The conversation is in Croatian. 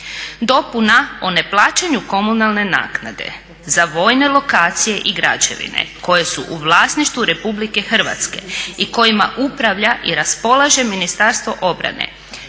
Dopuna o neplaćanju komunalne naknade za vojne lokacije i građevine koje su u vlasništvu RH i kojima upravlja i raspolaže Ministarstvo obrane